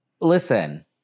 listen